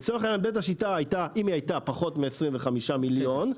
אם בית השיטה הייתה פחות מ-25 מיליון,